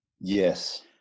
Yes